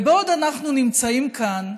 ובעוד אנחנו נמצאים כאן,